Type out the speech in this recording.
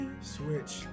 Switch